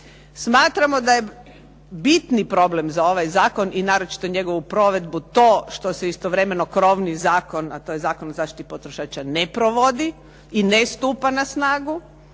Smatramo da je bitni problem za ovaj zakon i naročito njegovu provedbu to što se istovremeno krovni zakon a to je Zakon o zaštiti potrošača ne provodi i ne stupa na snagu,